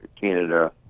Canada